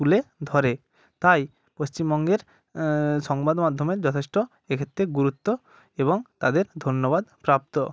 তুলে ধরে তাই পশ্চিমবঙ্গের সংবাদমাধ্যমের যথেষ্ট এক্ষেত্রে গুরুত্ব এবং তাদের ধন্যবাদ প্রাপ্ত